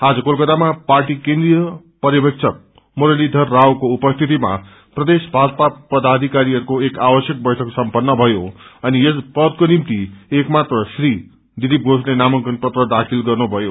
आज कोलकातामा पार्टी केन्द्रिय पर्यविक्षक मुरतीषर रवको उपस्थितिमा प्रदेश भाजपा पदाषिकारीहरूको एक आवश्यक बैठक सम्पन्न भयो अनि यस पदको निष्टि एकमात्र श्रीदिलीप घोषले नामाकंन पत्र दाखिल गर्नुभयो